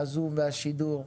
הזום והשידור,